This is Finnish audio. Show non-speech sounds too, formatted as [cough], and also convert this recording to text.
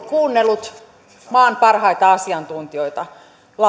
[unintelligible] kuunnellut maan parhaita asiantuntijoita